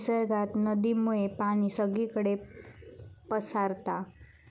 निसर्गात नदीमुळे पाणी सगळीकडे पसारता